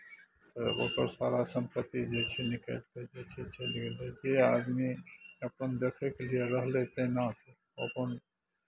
ओकर सारा सम्पत्ति जे छै निकालि कऽ बेचैत चलि गेलय जे आदमी अपन देखयके लिए रहलै तहिना अपन